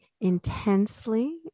intensely